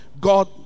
God